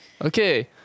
Okay